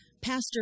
Pastor